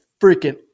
freaking